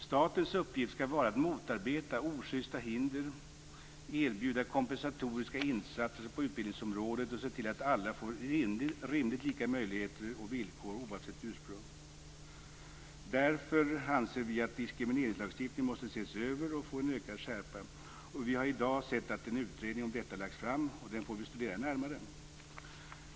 Statens uppgift skall vara att motarbeta ojusta hinder, erbjuda kompensatoriska insatser på utbildningsområdet och se till att alla får rimligt lika möjligheter och villkor oavsett ursprung. Därför anser vi att diskrimineringslagstiftningen måste ses över och få en ökad skärpa. Vi har i dag sett att en utredning om detta har lagts fram, och den får vi studera närmare.